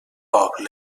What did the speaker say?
poble